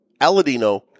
Aladino